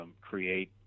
create